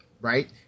right